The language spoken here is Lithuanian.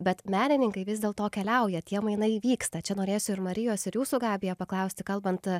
bet menininkai vis dėl to keliauja tie mainai įvyksta čia norėsiu ir marijos ir jūsų gabiją paklausti kalbant